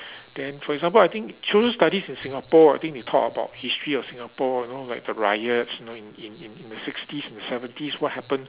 then for example I think social studies in Singapore I think they talk about history of Singapore you know like the riots you know in in in the sixties and seventies what happen